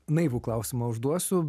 naivų klausimą užduosiu